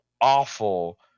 awful –